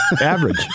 average